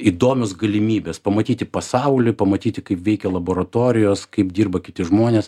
įdomios galimybės pamatyti pasaulį pamatyti kaip veikia laboratorijos kaip dirba kiti žmonės